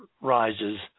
rises